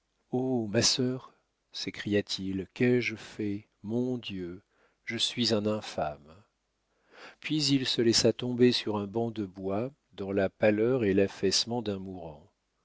ma sœur s'écria-t-il qu'ai-je fait mon dieu je suis un infâme puis il se laissa tomber sur un banc de bois dans la pâleur et l'affaissement d'un mourant